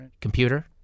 computer